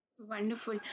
Wonderful